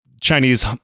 Chinese